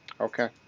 okay